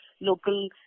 local